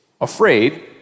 afraid